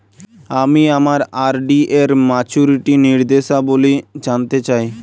আমি আমার আর.ডি এর মাচুরিটি নির্দেশাবলী জানতে চাই